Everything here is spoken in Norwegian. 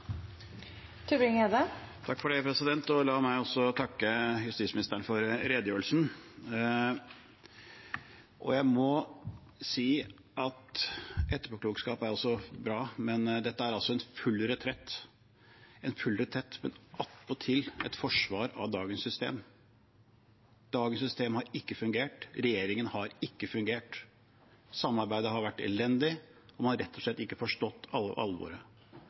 også bra, men dette er altså en full retrett – en full retrett, men attpåtil et forsvar av dagens system. Dagens system har ikke fungert, regjeringen har ikke fungert. Samarbeidet har vært elendig, og man har rett og slett ikke forstått alvoret.